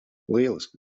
lieliska